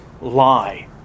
lie